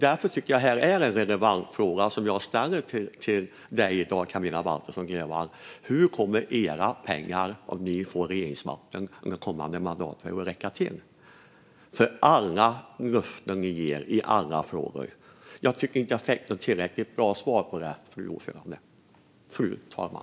Därför tycker jag att det är en relevant fråga som jag ställer till dig, Camilla Waltersson Grönvall: Hur kommer era pengar att räcka till för alla löften ni ger i alla frågor om ni får regeringsmakten under den kommande mandatperioden? Jag tycker inte att jag fick något tillräckligt bra svar på det, fru talman.